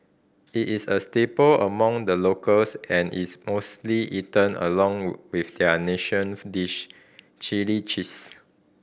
it is a staple among the locals and is mostly eaten along with their nation dish Chilli cheese